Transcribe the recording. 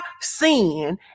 sin